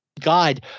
God